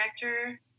director